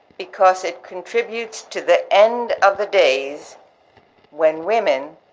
because it contributes to the end of the days when women,